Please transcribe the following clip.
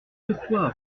pourquoi